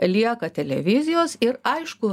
lieka televizijos ir aišku